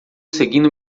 seguindo